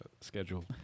schedule